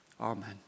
Amen